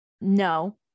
no